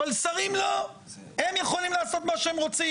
אבל שרים לא, הם יכולים לעשות מה שהם רוצים.